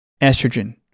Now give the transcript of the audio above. estrogen